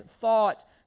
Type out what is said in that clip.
thought